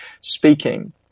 speaking